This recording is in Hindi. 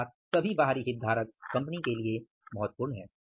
अर्थात सभी बाहरी हितधारक कंपनी के लिए महत्वपूर्ण हैं